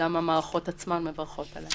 המערכות עצמן מברכות עליה.